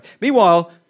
Meanwhile